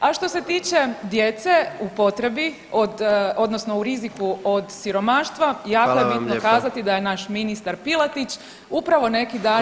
A što se tiče djece u potrebi od odnosno u riziku od siromaštva [[Upadica: Hvala vam lijepo]] jako je bitno kazati da je naš ministar Piletić upravo neki dan…